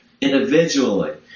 individually